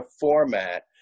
format